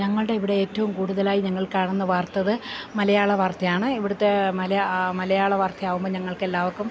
ഞങ്ങളുടെ ഇവിടെ ഏറ്റവും കൂടുതലായി ഞങ്ങൾ കാണുന്ന വാർത്തത് മലയാള വാർത്തയാണ് ഇവിടുത്തെ മലയാള വാർത്തയാവുമ്പോൾ ഞങ്ങൾക്ക് എല്ലാവർക്കും